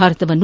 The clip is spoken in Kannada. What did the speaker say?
ಭಾರತವನ್ನು